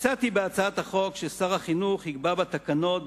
הצעתי בהצעת החוק ששר החינוך יקבע בתקנות,